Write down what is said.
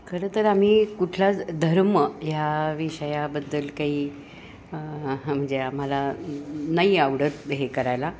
खरं तर आम्ही कुठलाच धर्म ह्या विषयाबद्दल काही म्हणजे आम्हाला नाही आवडत हे करायला